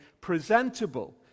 presentable